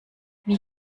wie